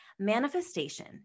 Manifestation